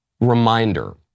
reminder